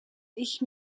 ich